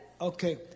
Okay